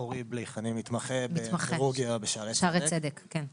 אני מתמחה בכירורגיה בשערי צדק.